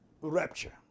rapture